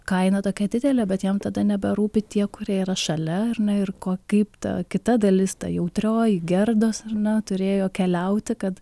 kaina tokia didelė bet jam tada neberūpi tie kurie yra šalia ar na ir ko kaip ta kita dalis ta jautrioji gerdos ar na turėjo keliauti kad